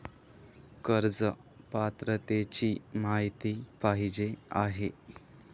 कर्ज पात्रतेची माहिती पाहिजे आहे?